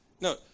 No